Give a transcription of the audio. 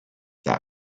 that